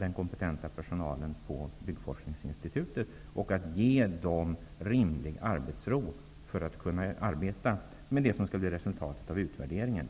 den kompetenta personalen på Byggforskningsinstitutet, vilken måste ha en rimlig arbetsro för att den skall kunna arbeta med resultatet av utvärderingen.